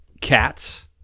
cats